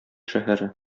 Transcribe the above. шәһәре